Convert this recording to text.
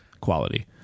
Quality